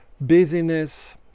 busyness